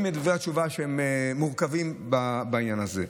מדברי התשובה שהם מורכבים בעניין הזה.